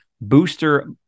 Booster